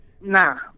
Nah